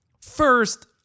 First